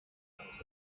because